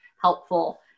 helpful